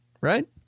Right